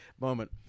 moment